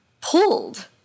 pulled